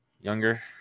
Younger